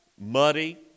muddy